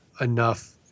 enough